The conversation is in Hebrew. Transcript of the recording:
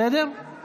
בסדר?